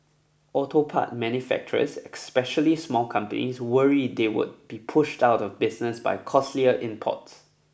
auto part manufacturers especially small companies worry they would be pushed out of business by costlier imports